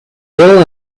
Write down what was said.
hill